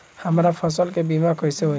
हमरा फसल के बीमा कैसे होई?